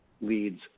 leads